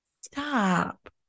Stop